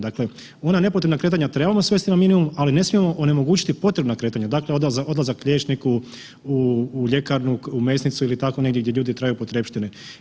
Dakle, ona nepotrebna kretanja trebamo svesti na minimum, ali ne smijemo onemogućiti potrebna kretanja, dakle odlazak liječniku, u ljekarnu, u mesnicu ili tako negdje gdje ljudi trebaju potrepštine.